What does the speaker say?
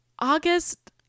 August